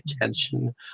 attention